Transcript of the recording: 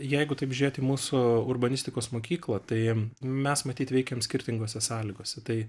jeigu taip žiūrėt į mūsų urbanistikos mokyklą tai mes matyt veikiam skirtingose sąlygose tai